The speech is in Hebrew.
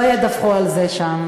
לא ידווחו על זה שם.